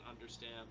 understand